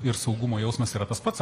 ir saugumo jausmas yra tas pats